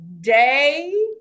day